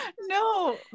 No